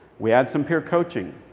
we add some peer coaching.